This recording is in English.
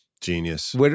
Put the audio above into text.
Genius